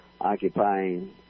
occupying